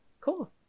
Cool